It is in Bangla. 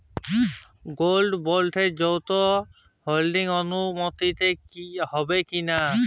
গোল্ড বন্ডে যৌথ হোল্ডিং অনুমোদিত হবে কিনা?